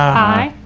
hi.